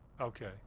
Okay